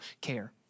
care